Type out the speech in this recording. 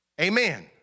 Amen